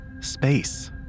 space